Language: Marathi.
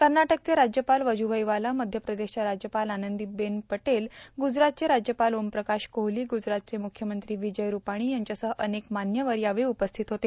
कनाटकचे राज्यपाल वजुभाई वाला मध्यप्रदेशच्या राज्यपाल आनंदोबेन पटेल गुजरातचे राज्यपाल ओमप्रकाश कोहलो गुजरातचे मुख्यमंत्री विजय रुपाणी यांच्यासह अनेक मान्यवर यावेळी उपस्थित होते